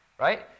right